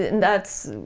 and that's